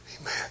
Amen